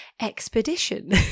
expedition